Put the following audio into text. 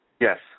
Yes